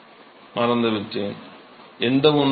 மாணவர் எந்த ஒன்று